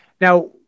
Now